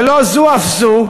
ולא זו אף זו,